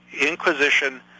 Inquisition